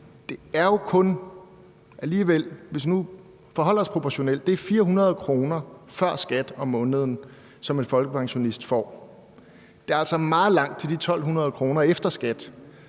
proportionelt – 400 kr. før skat om måneden, som en folkepensionist får. Der er altså meget langt til de 1.200 kr. efter skat,